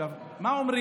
עכשיו, מה אומרים?